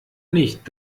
nicht